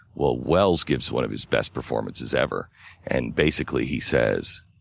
well, welles gives one of his best performances ever and basically he says,